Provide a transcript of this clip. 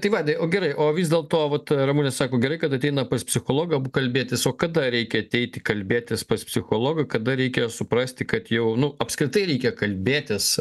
tai vaidai o gerai o vis dėl to vat ramunė sako gerai kad ateina pas psichologą kalbėtis o kada reikia ateiti kalbėtis pas psichologą kada reikia suprasti kad jau nu apskritai reikia kalbėtis